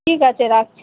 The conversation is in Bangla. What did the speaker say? ঠিক আছে রাখছি